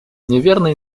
неверно